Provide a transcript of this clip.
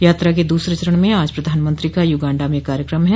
यात्रा के दूसरे चरण में आज प्रधानमंत्री का युगांडा में कार्यक्रम है